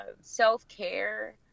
self-care